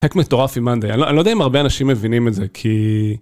הפקט מטורף עם מנדיי, אני לא יודע אם הרבה אנשים מבינים את זה כי...